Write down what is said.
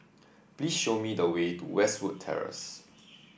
please show me the way to Westwood Terrace